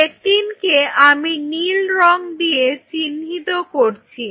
লেকটিনকে আমি নীল রঙ দিয়ে চিহ্নিত করছি